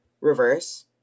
reverse